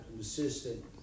assistant